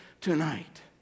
tonight